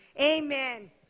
amen